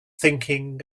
thinking